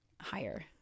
higher